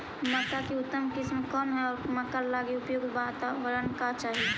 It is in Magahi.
मक्का की उतम किस्म कौन है और मक्का लागि उपयुक्त बाताबरण का चाही?